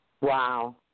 Wow